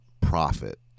profit